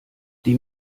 die